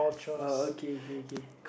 uh okay okay okay